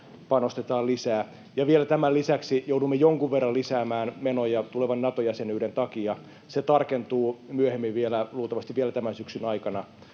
panostetaan lisää. Ja tämän lisäksi joudumme vielä jonkun verran lisäämään menoja tulevan Nato-jäsenyyden takia. Se tarkentuu vielä myöhemmin, luultavasti vielä tämän syksyn aikana.